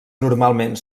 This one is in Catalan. normalment